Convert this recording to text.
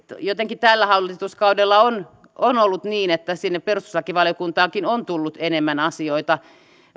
jotenkin tällä hallituskaudella on on ollut niin että sinne perustuslakivaliokuntaankin on tullut enemmän asioita